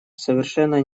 совершенно